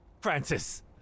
Francis